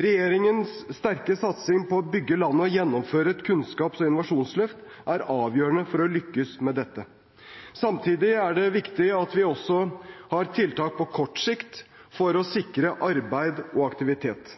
Regjeringens sterke satsing på å bygge landet og å gjennomføre et kunnskaps- og innovasjonsløft er avgjørende for å lykkes med dette. Samtidig er det viktig at vi også har tiltak på kort sikt for å sikre arbeid og aktivitet.